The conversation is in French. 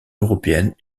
européennes